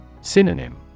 Synonym